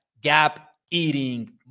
gap-eating